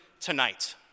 tonight